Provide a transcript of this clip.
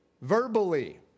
verbally